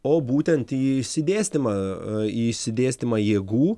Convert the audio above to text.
o būtent į išsidėstymą į išsidėstymą jėgų